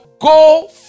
go